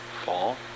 fall